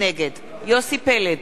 נגד יוסי פלד,